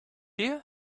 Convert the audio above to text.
you